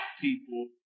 people